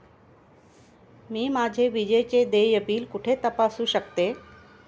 मी माझे विजेचे देय बिल कुठे तपासू शकते?